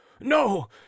No